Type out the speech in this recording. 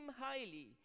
highly